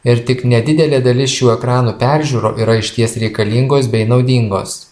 ir tik nedidelė dalis šių ekranų peržiūrų yra išties reikalingos bei naudingos